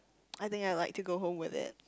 I think I would like to go home with it